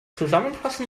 zusammenfassen